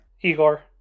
Igor